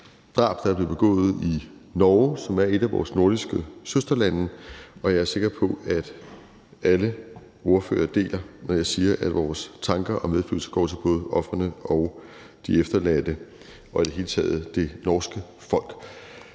drab, der er blevet begået i Norge, som er et af vores nordiske søsterlande. Jeg er sikker på, at alle ordførere deler det, når jeg siger, at vores tanker og medfølelse går til både ofrene og de efterladte og det norske folk